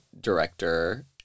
director